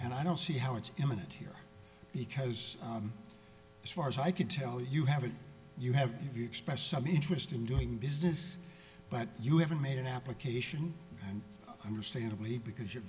and i don't see how it's imminent here because as far as i can tell you have a you have expressed some interest in doing business but you haven't made an application and understandably because